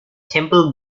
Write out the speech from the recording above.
temple